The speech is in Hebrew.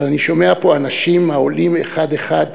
אבל אני שומע פה אנשים העולים אחד-אחד,